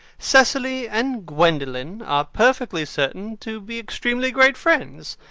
cecily and gwendolen are perfectly certain to be extremely great friends.